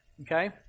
Okay